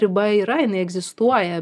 riba yra jinai egzistuoja